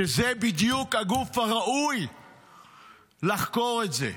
שזה בדיוק הגוף הראוי לחקור את זה,